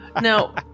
now